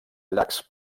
llacs